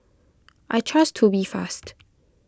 I trust Tubifast